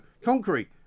concrete